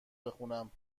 بخونم